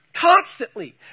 constantly